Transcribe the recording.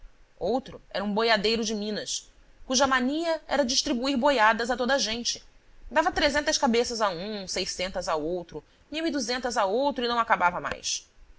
outro era um boiadeiro de minas cuja mania era distribuir boiadas a toda a gente dava trezentas cabeças a um seiscentas a outro mil e duzentas a outro e não acabava mais